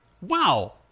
wow